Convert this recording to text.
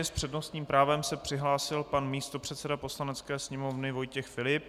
S přednostním právem se přihlásil pan místopředseda Poslanecké sněmovny Vojtěch Filip.